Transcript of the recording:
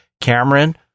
Cameron